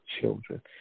children